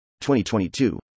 2022